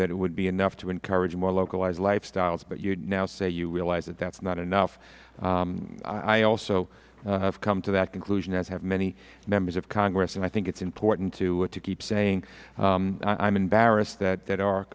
that it would be enough to encourage more localized lifestyles but you now say you realize that that's not enough i also have come to that conclusion as have many members of congress and i think it's important to keep saying i'm embarrassed that